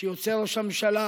שיוצר ראש הממשלה,